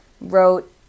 wrote